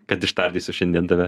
kad ištardysiu šiandien tave